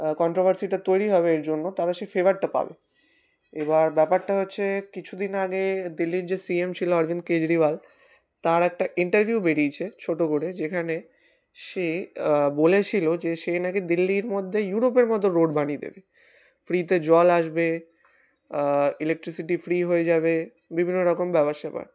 কন্ট্রোভার্সিটা তৈরি হবে এর জন্য তারা সেই ফেভারটা পাবে এবার ব্যাপারটা হচ্ছে কিছুদিন আগে দিল্লির যে সি এম ছিল অরবিন্দ কেজরিওয়াল তার একটা ইন্টারভিউ বেরিয়েছে ছোটো করে যেখানে সে বলেছিলো যে সেই নাকি দিল্লির মধ্যে ইউরোপের মতো রোড বানিয়ে দেবে ফ্রিতে জল আসবে ইলেকট্রিসিটি ফ্রি হয়ে যাবে বিভিন্ন রকম ব্যাপার সেপার